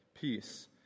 peace